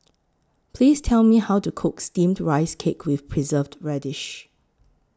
Please Tell Me How to Cook Steamed Rice Cake with Preserved Radish